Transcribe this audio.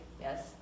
Yes